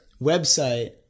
website